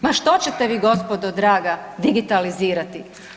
Ma što ćete vi gospodo draga digitalizirati.